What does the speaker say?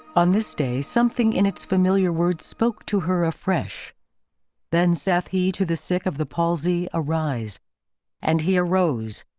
on this day, something in its familiar words spoke to her afresh then saith he to the sick of the palsy, arise and he arose.